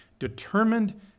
determined